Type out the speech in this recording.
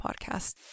podcast